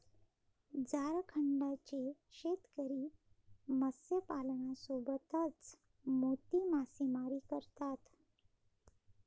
झारखंडचे शेतकरी मत्स्यपालनासोबतच मोती मासेमारी करतात